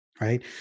Right